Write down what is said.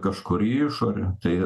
kažkur į išorę tai